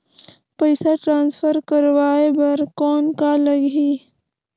पइसा ट्रांसफर करवाय बर कौन का लगही?